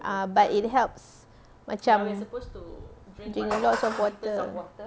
ah but it helps macam drink lots of water